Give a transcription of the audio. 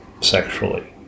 sexually